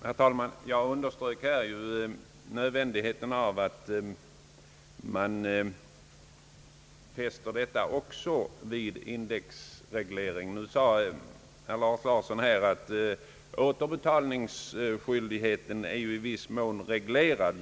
Herr talman! Jag underströk ju nödvändigheten av att man också fäster dessa bidrag vid indexregleringen. Nu sade herr Lars Larsson, att återbetalningsskyldigheten i viss mån är reglerad.